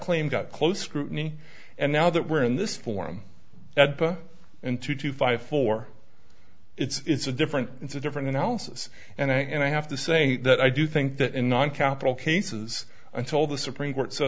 claim got close scrutiny and now that we're in this forum and two to five four it's a different it's a different analysis and and i have to say that i do think that in non capital cases until the supreme court s